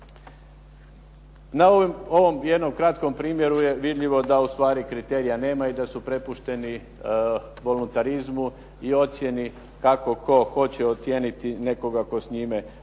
Na ovom jednom kratkom primjeru je vidljivo da ustvari kriterija nema i da su prepušteni voluntarizmu i ocjeni kako tko hoće ocijeniti nekoga tko s njime radi.